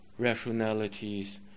rationalities